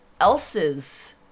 else's